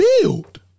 build